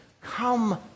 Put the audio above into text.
come